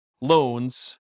loans